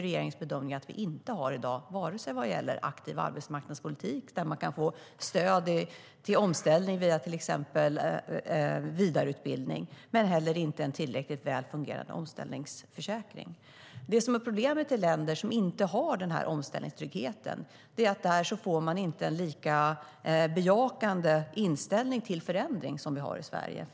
Regeringens bedömning är att vi inte har det i dag. Vi har varken en aktiv arbetsmarknadspolitik, där man kan få stöd till omställning via till exempel vidareutbildning, eller en tillräckligt väl fungerande omställningsförsäkring. Problemet i länder som inte har den här omställningstryggheten är att man där inte får en lika bejakande inställning till förändring som vi har i Sverige.